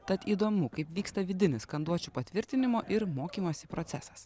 tad įdomu kaip vyksta vidinis skanduočių patvirtinimo ir mokymosi procesas